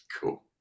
Cool